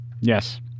yes